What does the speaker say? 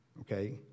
Okay